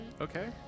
Okay